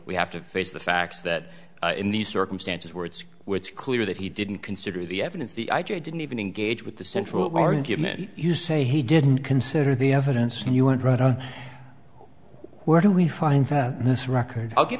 we have to face the facts that in these circumstances words where it's clear that he didn't consider the evidence the i didn't even engage with the central argument you say he didn't consider the evidence and you want right on where can we find that this record i'll give